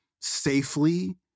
safely